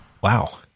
Wow